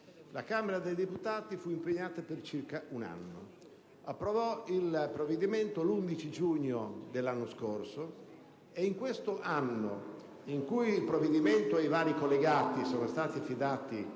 la Camera dei deputati fu impegnata per circa un anno (approvò il provvedimento l'11 giugno dell'anno scorso). In questo anno in cui il disegno di legge e i vari collegati sono stati assegnati